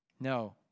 No